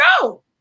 go